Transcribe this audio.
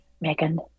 megan